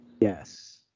Yes